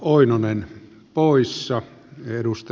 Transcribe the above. arvoisa herra puhemies